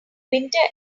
winter